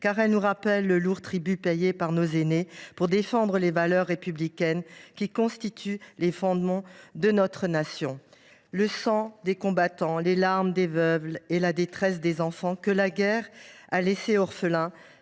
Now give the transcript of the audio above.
car elle nous rappelle le lourd tribut payé par nos aînés pour défendre les valeurs républicaines qui constituent les fondements de notre nation. Le sang des combattants, les larmes des veuves et la détresse des enfants que la guerre a laissés orphelins